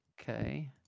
Okay